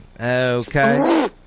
Okay